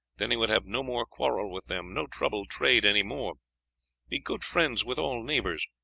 then he would have no more quarrel with them, no trouble trade any more be good friends with all neighbors.